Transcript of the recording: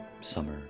summer